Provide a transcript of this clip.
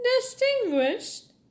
Distinguished